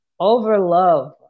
Overlove